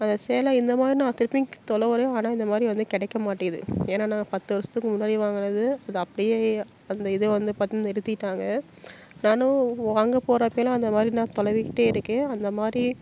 அதை சேலை இந்தமாதிரி நான் திருப்பியும் துலவுறேன் ஆனால் இந்தமாதிரி வந்து கிடைக்கமாட்டேங்குது ஏன்னா நான் பத்து வருஷத்துக்கு முன்னாடி வாங்கினது அது அப்படியே அந்த இதை வந்து பார்த்தா நிறுத்திவிட்டாங்க நானும் வாங்க போகறப்பெல்லாம் அந்தமாதிரி நான் துலவிக்கிட்டே இருக்கேன் அந்தமாதிரி